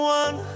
one